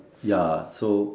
ya so